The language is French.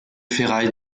ferrailles